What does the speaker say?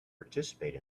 participate